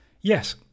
Yes